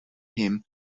him